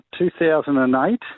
2008